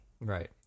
Right